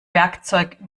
werkzeug